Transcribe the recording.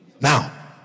Now